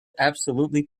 absolutely